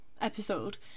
episode